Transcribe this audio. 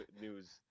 news